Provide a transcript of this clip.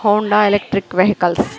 Honda electric vehicles